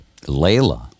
Layla